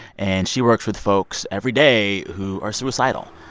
and she works with folks every day who are suicidal.